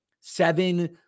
Seven